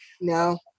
No